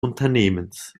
unternehmens